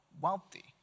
wealthy